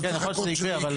לא צריך לחכות שזה יקרה.